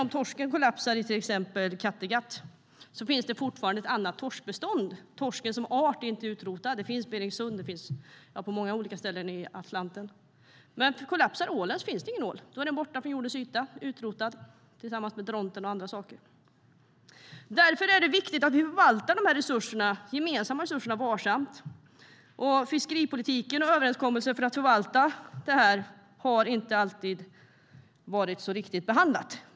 Om torsken kollapsar i till exempel Kattegatt finns det fortfarande andra torskbestånd. Torsken som art är inte utrotad. Den finns i Berings sund och på många andra ställen i Atlanten. Men om ålen kollapsar finns det ingen ål kvar. Då är den borta från jordens yta, utrotad tillsammans med dronten och andra. Det är därför viktigt att vi förvaltar de gemensamma resurserna varsamt. Fiskeripolitiken och överenskommelsen om förvaltning har inte alltid varit korrekt behandlad.